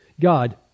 God